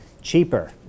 Cheaper